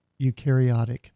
eukaryotic